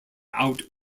out